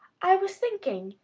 i was thinking,